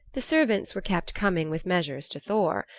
the servants were kept coming with measures to thor.